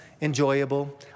enjoyable